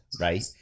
right